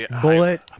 Bullet